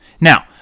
Now